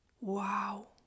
Wow